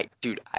Dude